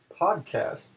Podcast